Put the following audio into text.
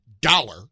dollar